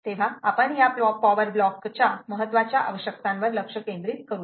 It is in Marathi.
तेव्हा आपण या पॉवर ब्लॉकच्या महत्वाच्या आवश्यकतावर लक्ष केंद्रित करू या